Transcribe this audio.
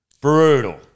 brutal